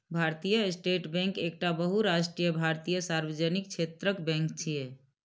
भारतीय state bank एकटा बहुराष्ट्रीय भारतीय सार्वजनिक क्षेत्रक बैंक छियै